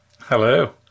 Hello